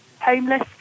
homeless